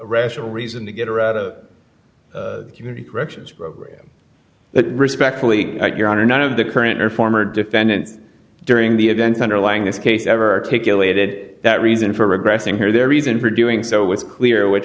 rational reason to get her out of the corrections program that respectfully your honor none of the current or former defendant during the event underlying this case ever articulated that reason for regressing her their reason for doing so with clear which